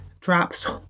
drops